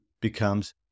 becomes